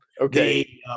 Okay